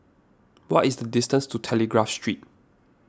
what is the distance to Telegraph Street